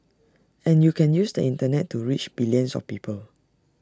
and you can use the Internet to reach billions of people